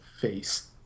face